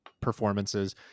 performances